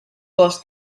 gos